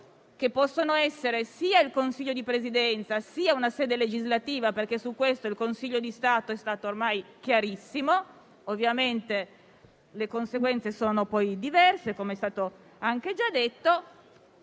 (che possono essere sia il Consiglio di Presidenza, sia una sede legislativa, perché su questo il Consiglio di Stato è stato chiarissimo, anche se ovviamente le conseguenze sono poi diverse, com'è stato già detto),